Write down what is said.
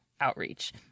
outreach